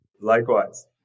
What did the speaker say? Likewise